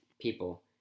people